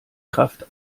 kraft